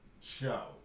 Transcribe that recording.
show